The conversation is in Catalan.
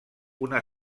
una